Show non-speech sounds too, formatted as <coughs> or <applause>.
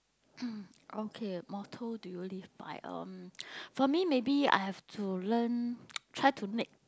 <coughs> okay motto do you live by um for me maybe I have to learn <noise> try to make